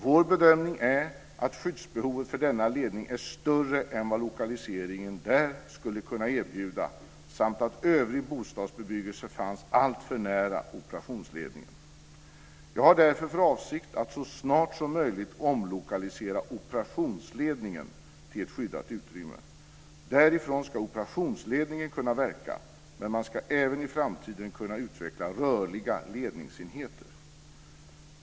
Vår bedömning är att skyddsbehovet för denna ledning är större än vad lokaliseringen där skulle kunna erbjuda samt att övrig bostadsbebyggelse finns alltför nära operationsledningen. Jag har därför för avsikt att så snart som möjligt omlokalisera operationsledningen till ett skyddat utrymme. Därifrån ska operationsledningen kunna verka, men man ska även i framtiden kunna utveckla rörliga ledningsenheter.